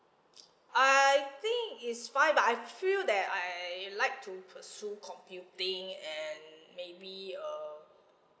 I think it's fine but I feel that I like to pursue computing and maybe uh